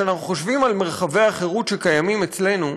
כשאנחנו חושבים על מרחבי החירות שקיימים אצלנו,